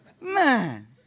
Man